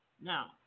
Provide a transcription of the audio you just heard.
Now